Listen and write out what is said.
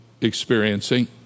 experiencing